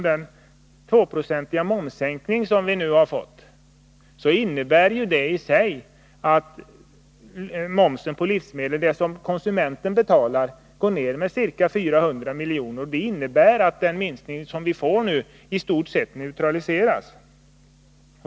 Den 2-procentiga momssänkning som vi nu fått innebär i sig att den moms på livsmedel som konsumenterna betalar går ner med ca 400 milj.kr., och det innebär att den minskning som vi nu får i stort sett neutraliseras.